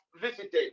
visited